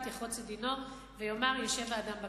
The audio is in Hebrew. יחרוץ את דינו ויאמר: ישב האדם בכלא.